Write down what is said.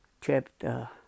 chapter